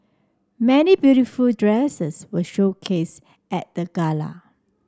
many beautiful dresses were showcased at the gala